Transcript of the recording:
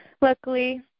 Luckily